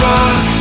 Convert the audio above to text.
Rock